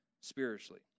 spiritually